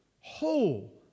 whole